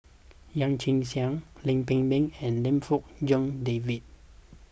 Yee Chia Hsing Lam Pin Min and Lim Fong Jock David